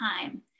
time